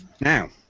now